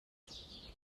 بود